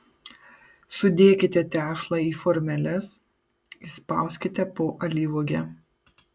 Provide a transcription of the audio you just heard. sudėkite tešlą į formeles įspauskite po alyvuogę